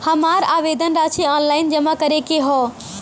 हमार आवेदन राशि ऑनलाइन जमा करे के हौ?